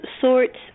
sorts